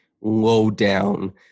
low-down